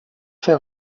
fer